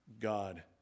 God